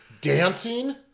Dancing